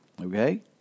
Okay